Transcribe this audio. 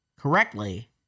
correctly